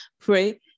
pray